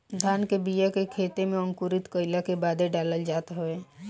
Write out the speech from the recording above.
धान के बिया के खेते में अंकुरित कईला के बादे डालल जात हवे